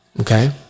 okay